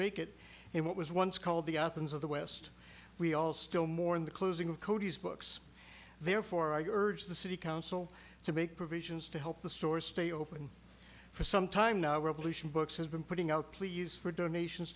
make it in what was once called the athens of the west we all still mourn the closing of cody's books therefore i urge the city council to make provisions to help the store stay open for some time now revolution books has been putting out pleas for donations